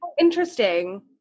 Interesting